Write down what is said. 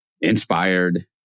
inspired